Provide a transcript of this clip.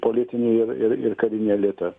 politinį ir ir ir karinį elitą